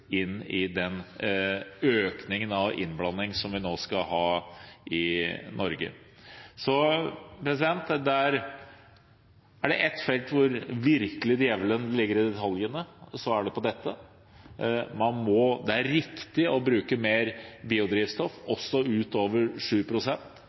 i den økningen av innblanding som vi nå skal ha i Norge. Er det ett felt hvor virkelig djevelen ligger i detaljene, er det på dette. Det er riktig å bruke mer biodrivstoff,